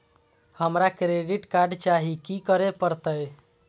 हमरा credit card चाही की करे परतै?